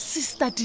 Sister